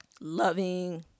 loving